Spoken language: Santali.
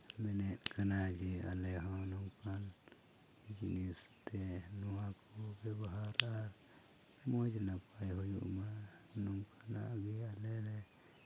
ᱢᱮᱱᱮᱫ ᱠᱟᱱᱟ ᱡᱮ ᱟᱞᱮ ᱦᱚᱸ ᱱᱚᱝᱠᱟ ᱡᱤᱱᱤᱥ ᱥᱮ ᱱᱚᱣᱟ ᱠᱚ ᱵᱮᱵᱚᱦᱟᱨ ᱟᱨ ᱢᱚᱡᱽ ᱱᱟᱯᱟᱭ ᱦᱩᱭᱩᱜ ᱢᱟ ᱱᱚᱝᱠᱟᱱᱟᱜ ᱩᱭᱦᱟᱹᱨ ᱟᱞᱮᱞᱮ